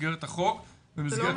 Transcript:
במסגרת החוק ובמסגרת היכולות.